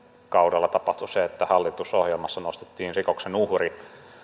kaudella tapahtui se että hallitusohjelmassa nostettiin rikoksen uhri